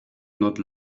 not